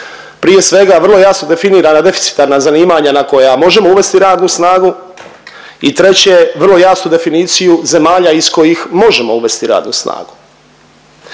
prije svega vrlo jasno definirana deficitarna zanimanja na koja možemo uvesti radnu snagu i 3. vrlo jasnu definiciju zemalja iz kojih možemo uvesti radnu snagu.